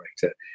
director